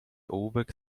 ołówek